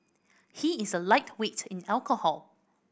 he is a lightweight in alcohol